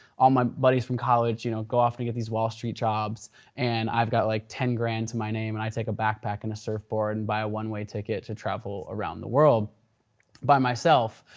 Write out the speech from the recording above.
all my buddies from college you know go off and get these wall street jobs and i've got like ten grand to my name and i take a backpack and a surf board and buy a one-way ticket to travel around the world by myself.